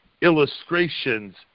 illustrations